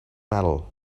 metal